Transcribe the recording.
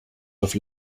auf